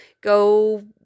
go